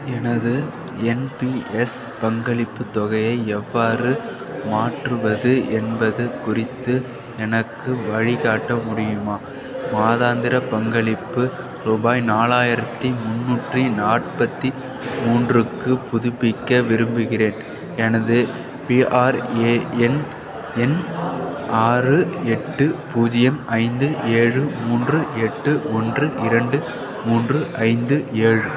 எனது என்பிஎஸ் பங்களிப்புத் தொகையை எவ்வாறு மாற்றுவது என்பது குறித்து எனக்கு வழிகாட்ட முடியுமா மாதாந்திர பங்களிப்பு ரூபாய் நாலாயிரத்தி முன்னூற்றி நாற்பத்தி மூன்றுக்கு புதுப்பிக்க விரும்புகிறேன் எனது பிஆர்ஏஎன் எண் ஆறு எட்டு பூஜ்யம் ஐந்து ஏழு மூன்று எட்டு ஒன்று இரண்டு மூன்று ஐந்து ஏழு